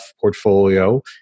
portfolio